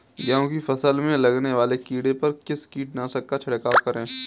गेहूँ की फसल में लगने वाले कीड़े पर किस कीटनाशक का छिड़काव करें?